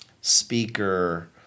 speaker